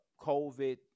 COVID